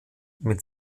mit